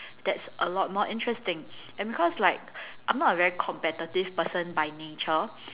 that's a lot more interesting and because like I'm not a very competitive person by nature